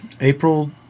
April